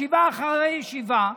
כשישב שר האוצר בוועדה ישיבה אחרי ישיבה,